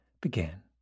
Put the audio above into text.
began